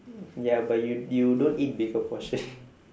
ya but you you don't eat bigger portion